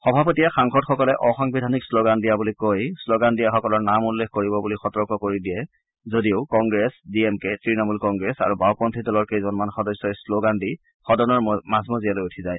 সভাপতিয়ে সাংসদসকলে অসাংবিধানিক ম্লগান দিয়া বুলি কৈ শ্লগান দিয়াসকলৰ নাম উল্লেখ কৰিব বুলি সতৰ্ক কৰি দিয়ে যদিও কংগ্ৰেছ ডিএমকে তৃণমূল কংগ্ৰেছ আৰু বাওপছী দলৰ কেইজনমান সদস্যই শ্বগান দি সদনৰ মাজমজিয়ালৈ উঠি যায়